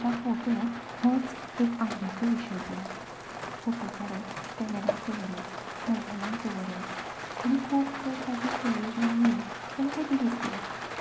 आतां फोटो होच एक आवडीचो विशय जाला फोटो काडप कॅमेरातच दवरप आनी खूब तर ताजी स्टोरेज वाडली जाल्यार ते डिलीट करप